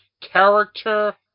character